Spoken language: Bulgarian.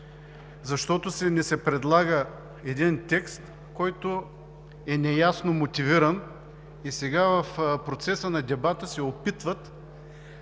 Защото ни се предлага един текст, който е неясно мотивиран, и сега в процеса на дебата се опитват